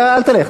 אל תלך.